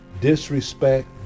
disrespect